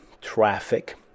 traffic